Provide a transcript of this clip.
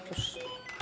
Proszę.